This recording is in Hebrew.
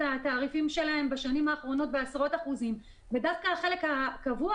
התעריפים שלהן בשנים האחרונות בעשרות אחוזים ודווקא החלק הקבוע